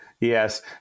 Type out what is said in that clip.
Yes